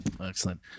Excellent